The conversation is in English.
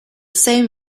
same